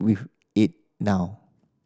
with it now